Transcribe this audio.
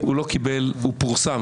הוא פורסם.